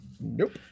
nope